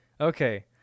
Okay